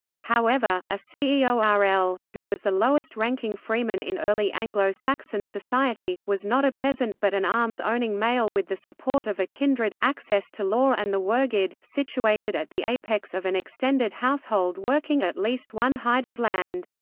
however, a ceorl, who was the lowest ranking freeman in early anglo-saxon society, was not a peasant but an arms-owning male with the support of a kindred, access to law and the wergild situated at the apex of an extended household working at least one hide of land.